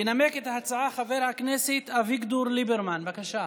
ינמק את ההצעה חבר הכנסת אביגדור ליברמן, בבקשה,